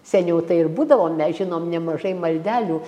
seniau tai ir būdavo mes žinom nemažai maldelių